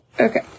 Okay